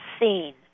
seen